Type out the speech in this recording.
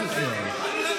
תפסיק עם הפטרוניזם